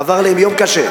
עבר עליהם יום קשה.